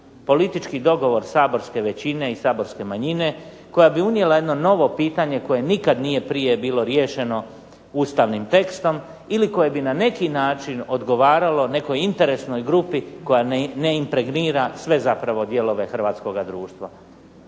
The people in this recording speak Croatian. politički dogovor saborske većine i saborske manjine, koja bi unijela jedno novo pitanje koje nikad nije prije bilo riješeno ustavnim tekstom ili koje bi na neki način odgovaralo nekoj interesnoj grupi koja ne impregnira sve zapravo dijelove hrvatskoga društva.